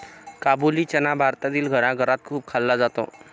काबुली चना भारतातील घराघरात खूप खाल्ला जातो